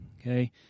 Okay